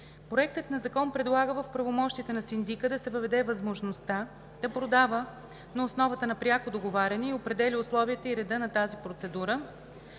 Проектът на закон предлага в правомощията на синдика да се въведе възможността да продава на основата на пряко договаряне и определя условията и реда на тази процедура.